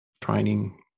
training